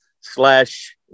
slash